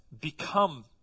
become